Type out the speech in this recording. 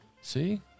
See